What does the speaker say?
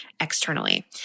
externally